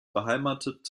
beheimatet